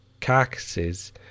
carcasses